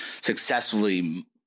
successfully